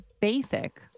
basic